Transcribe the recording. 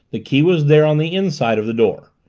the key was there on the inside of the door.